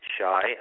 shy